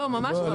ממש לא.